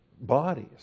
bodies